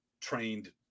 trained